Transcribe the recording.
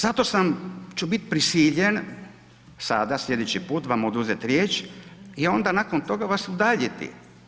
Zato ću biti prisiljen, sada, sljedeći put vam oduzeti riječ i onda nakon toga vas udaljiti.